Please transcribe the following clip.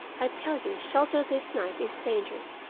i tell you shelter this night is danger,